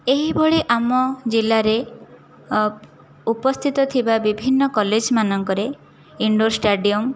ଏହିଭଳି ଆମ ଜିଲ୍ଲାରେ ଉପସ୍ଥିତ ଥିବା ବିଭିନ୍ନ କଲେଜ୍ମାନଙ୍କରେ ଇନ୍ଡୋର୍ ଷ୍ଟାଡିୟମ୍